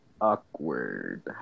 Awkward